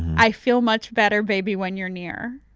i feel much better baby when you're near.